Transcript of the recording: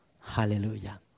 Hallelujah